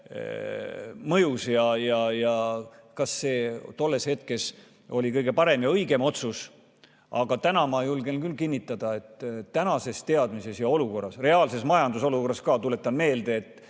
avaldaks ja kas see tolles hetkes oli kõige parem ja õigem otsus. Aga täna ma julgen küll kinnitada, et praeguses teadmises ja olukorras, reaalses majandusolukorras – tuletan meelde, et